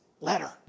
letter